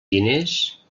diners